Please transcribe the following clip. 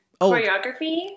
choreography